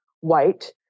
white